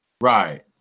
Right